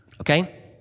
okay